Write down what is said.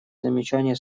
замечания